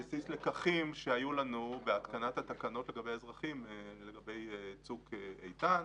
על בסיס לקחים שהיו לנו בהתקנת התקנות לגבי האזרחים ב"צוק איתן",